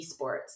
eSports